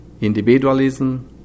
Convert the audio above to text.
individualism